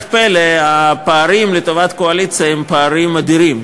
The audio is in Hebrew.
פלא הפערים לטובת הקואליציה הם פערים אדירים.